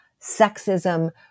sexism